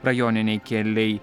rajoniniai keliai